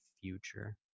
future